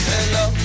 Hello